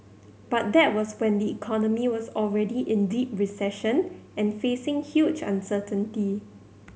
but that was when the economy was already in deep recession and facing huge uncertainty